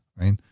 right